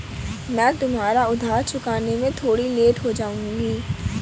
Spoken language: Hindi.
मैं तुम्हारा उधार चुकाने में थोड़ी लेट हो जाऊँगी